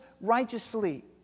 righteously